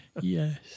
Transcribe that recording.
Yes